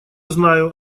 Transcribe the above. знаю